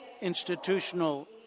institutional